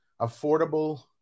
affordable